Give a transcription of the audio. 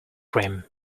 cream